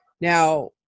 Now